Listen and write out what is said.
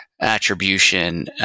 attribution